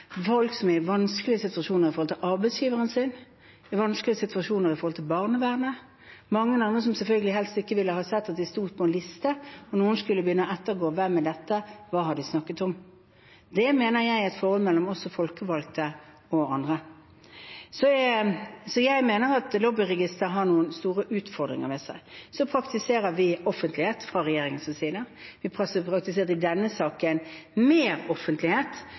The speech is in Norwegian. folk som var i vanskelige situasjoner knyttet til arbeidsgiveren sin, i vanskelige situasjoner knyttet til barnevernet, og mange andre som selvfølgelig helst ikke ville ha sett at de sto på en liste, om noen skulle begynne å ettergå hvem de er, og hva de har snakket om. Det mener jeg er et forhold mellom oss som folkevalgte og andre. Jeg mener at et lobbyregister har noen store utfordringer ved seg. Vi praktiserer offentlighet fra regjeringens side. I denne saken har vi faktisk praktisert mer offentlighet